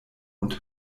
und